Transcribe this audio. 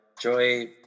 joy